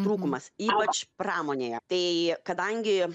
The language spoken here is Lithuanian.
trūkumas ypač pramonėje tai kadangi